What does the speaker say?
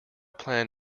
plan